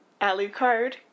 Alucard